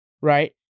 right